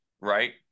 right